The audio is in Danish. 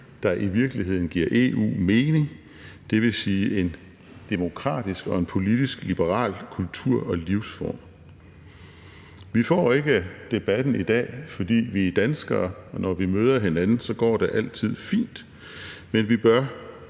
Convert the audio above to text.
der i virkeligheden giver EU mening? Det vil sige en demokratisk og en politisk liberal kultur og livsform. Vi får ikke debatten i dag, fordi vi er danskere, og når vi møder hinanden, går det altid fint. Men vi bør